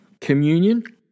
communion